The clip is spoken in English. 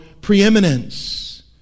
preeminence